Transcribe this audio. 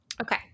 Okay